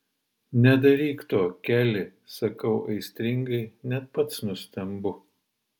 nedaryk to keli sakau aistringai net pats nustembu